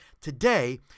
today